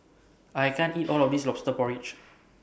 I can't eat All of This Lobster Porridge